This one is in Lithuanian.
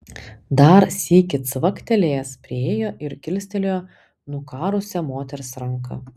dar sykį cvaktelėjęs priėjo ir kilstelėjo nukarusią moters ranką